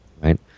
Right